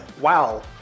Wow